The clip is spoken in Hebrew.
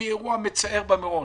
מאירוע מצער במירון.